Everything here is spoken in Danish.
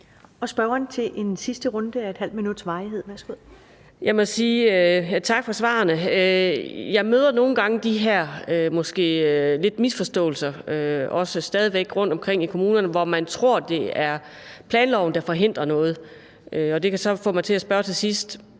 Værsgo. Kl. 17:09 Anni Matthiesen (V): Jeg må sige tak for svarene. Jeg møder nogle gange de her måske lidt misforståelser stadig væk rundtomkring i kommunerne, hvor man tror, at det er planloven, der forhindrer noget. Det kan så få mig til at spørge her til sidst: